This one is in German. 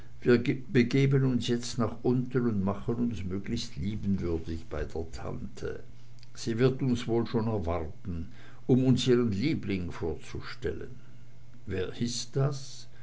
wir begeben uns jetzt nach unten und machen uns möglichst liebenswürdig bei der tante sie wird uns wohl schon erwarten um uns ihren liebling vorzustellen wer ist das